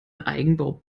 eigenbau